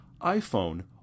iPhone